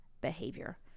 behavior